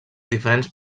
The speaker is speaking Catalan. diferents